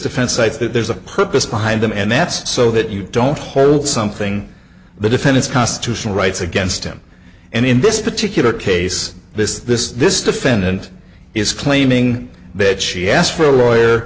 defense sites that there's a purpose behind them and that's so that you don't hold something the defense constitutional rights against him and in this particular case this this this defendant is claiming bed she asked for a lawyer